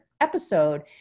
episode